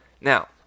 now